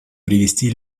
привести